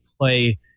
play